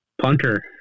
Punter